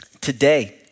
Today